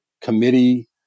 committee